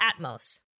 Atmos